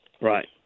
right